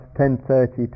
10.30